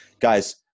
Guys